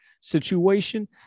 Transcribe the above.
Situation